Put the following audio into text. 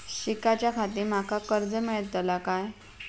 शिकाच्याखाती माका कर्ज मेलतळा काय?